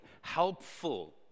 helpful